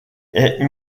est